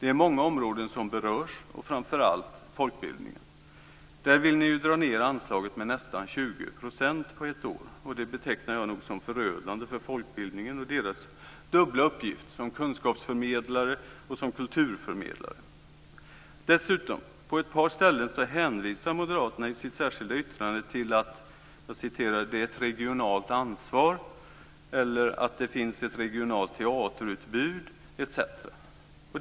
Det är många områden som berörs, framför allt folkbildningen. Där vill ni dra ned anslaget med nästan 20 % på ett år. Det betecknar jag som förödande för folkbildningen och den dubbla uppgiften som kunskapsförmedlare och kulturförmedlare.